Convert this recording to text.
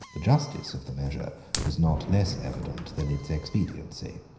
the justice of the measure was not less evident than its expediency.